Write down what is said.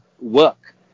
work